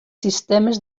sistemes